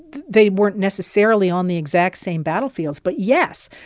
they weren't necessarily on the exact same battlefields, but, yes,